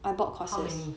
how many